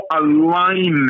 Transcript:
alignment